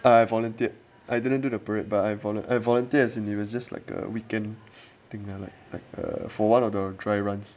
I volunteered I didn't do the parade by vol volunteer and it was just like a weekend thing lah like like err for one of the dry runs